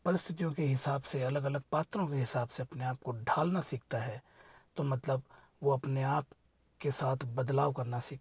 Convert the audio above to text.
परिस्थितियों के हिसाब से अलग अलग पात्रों के हिसाब से अपने आप को ढालना सीखता है तो मतलब वो अपने आप के साथ बदलाव करना सीखता है